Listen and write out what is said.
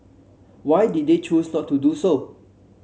why did they choose not to do so